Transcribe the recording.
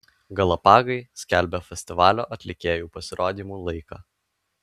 galapagai skelbia festivalio atlikėjų pasirodymų laiką